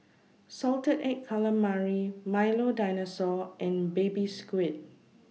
Salted Egg Calamari Milo Dinosaur and Baby Squid